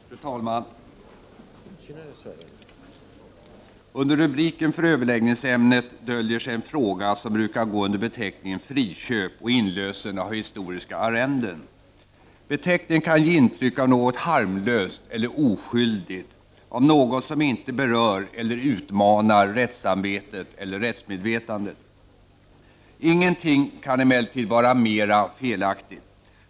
Fru talman! Under rubriken för överläggningsämnet döljer sig en fråga som brukar gå under beteckningen friköp och inlösen av historiska arrenden. Beteckningen kan ge intryck av något harmlöst eller oskyldigt, av något som inte berör eller utmanar rättssamvetet eller rättsmedvetandet. Ingenting kan emellertid vara mera felaktigt.